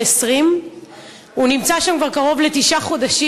20. הוא נמצא שם כבר קרוב לתשעה חודשים.